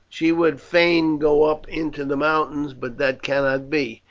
she would fain go up into the mountains, but that cannot be.